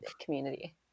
community